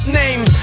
names